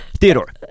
Theodore